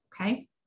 Okay